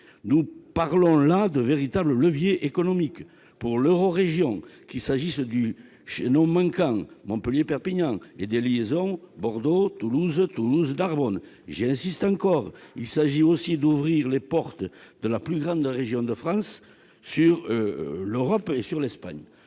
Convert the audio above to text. Nous parlons là de véritables leviers économiques pour l'eurorégion, qu'il s'agisse du chaînon manquant Montpellier-Perpignan ou des liaisons Bordeaux-Toulouse et Toulouse-Narbonne. J'insiste, il importe d'ouvrir les portes de la plus grande région de France sur l'Europe et sur l'Espagne.